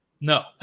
no